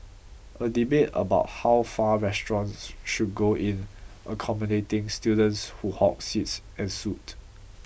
a debate about how far restaurants should go in accommodating students who hog seats ensued